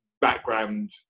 background